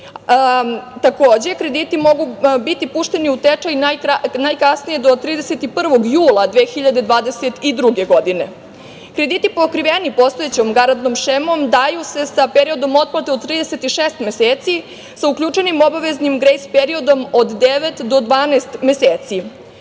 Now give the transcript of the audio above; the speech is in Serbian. Takođe, krediti mogu biti pušteni u tečaj najkasnije do 31. jula 2022. godine. Krediti pokriveni postojećom garantnom šemom daju se sa periodom otplate od 36 meseci, sa uključenim obaveznim grejs periodom od devet do 12 meseci.